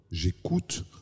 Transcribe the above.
j'écoute